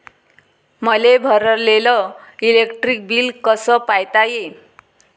मले भरलेल electric bill कस पायता येईन?